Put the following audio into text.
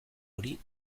hori